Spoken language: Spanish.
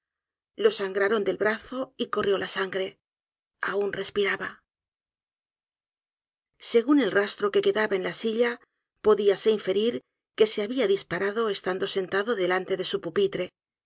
lo sangraron del brazo y corrió la sangre aun respiraba según el rastro que quedaba en la silla podíase inferir que se habia disparado estando sentado delante de su pupitre